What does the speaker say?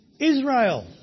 Israel